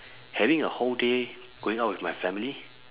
having a whole day going out with my family